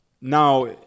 Now